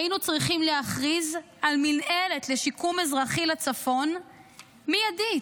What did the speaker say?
היינו צריכים להכריז על מינהלת לשיקום אזרחי לצפון מיידית.